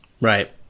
Right